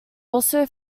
also